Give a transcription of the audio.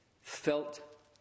felt